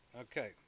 Okay